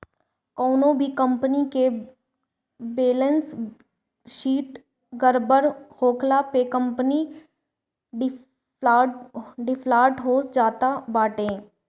कवनो भी कंपनी कअ बैलेस शीट गड़बड़ होखला पे कंपनी डिफाल्टर हो जात बाटे